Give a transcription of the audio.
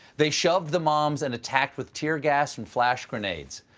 they shoved the moms and attacked with tear gas and flash grenades.